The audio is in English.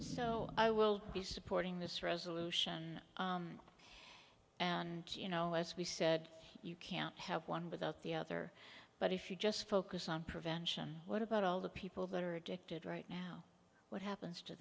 so i will be supporting this resolution and you know as we said you can't have one without the other but if you just focus on prevention what about all the people that are addicted right now what happens to